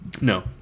No